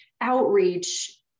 outreach